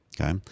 Okay